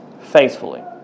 Faithfully